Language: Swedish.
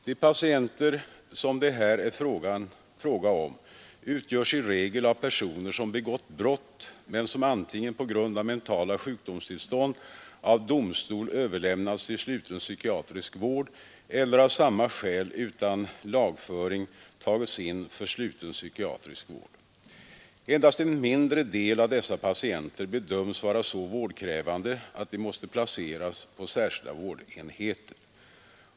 De patienter som det här är fråga om utgörs i regel av personer som begått brott men som antingen på grund av mentala sjukdomstillstånd av domstol överlämnats till sluten psykiatrisk vård eller av samma skäl utan lagföring tagits in för sluten psykiatrisk vård. Endast en mindre del av dessa patienter bedöms vara så vårdkrävande att de måste placeras på särskilda vårdenheter.